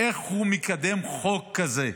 איך הוא מקדם חוק כזה,